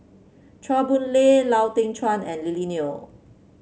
Chua Boon Lay Lau Teng Chuan and Lily Neo